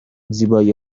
زیبایی